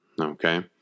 Okay